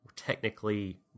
Technically